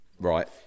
Right